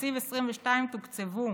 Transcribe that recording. ובתקציב 2022 תוקצבו